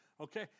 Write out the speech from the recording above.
Okay